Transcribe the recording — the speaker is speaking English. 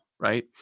Right